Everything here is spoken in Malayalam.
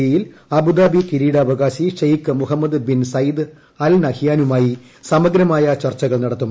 ഇയിൽ അബുദാബി കിരീടാവകാശി Sheikh Mohammed bin Zayed Al നഹ്യാനുമായി സമഗ്രമായ ചർച്ചുകൾ നടത്തും